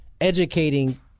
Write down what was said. educating